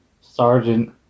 sergeant